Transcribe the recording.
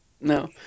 No